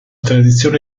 tradizione